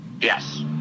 Yes